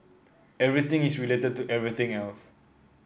everything is related to everything else